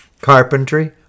carpentry